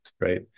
right